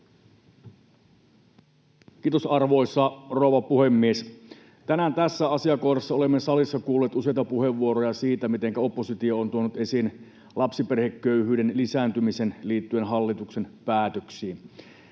Kiitos, arvoisa rouva puhemies! Tänään tässä asiakohdassa olemme salissa kuulleet useita puheenvuoroja siitä, mitenkä oppositio on tuonut esiin lapsiperheköyhyyden lisääntymisen liittyen hallituksen päätöksiin.